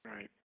Right